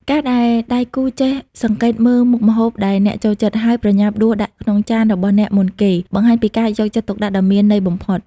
ការដែលដៃគូចេះសង្កេតមើលមុខម្ហូបដែលអ្នកចូលចិត្ត ហើយប្រញាប់ដួសដាក់ក្នុងចានរបស់អ្នកមុនគេ បង្ហាញពីការយកចិត្តទុកដាក់ដ៏មានន័យបំផុត។